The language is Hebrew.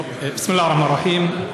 בסם אללה א-רחמאן א-רחים.